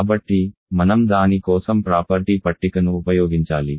కాబట్టి మనం దాని కోసం ప్రాపర్టీ పట్టికను ఉపయోగించాలి